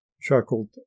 chuckled